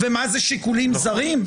ומה זה שיקולים זרים?